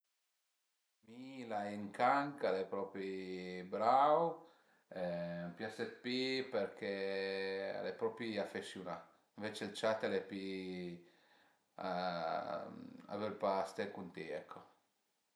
Mi l'ai ën can ch'al e propi brau, a m'pias d'pi perché al e propi afesiunà, ënvece ël ciat al e pi a völ pa ste cun ti ecco